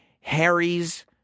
Harry's